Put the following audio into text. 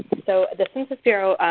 so the census bureau